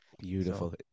Beautiful